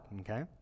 okay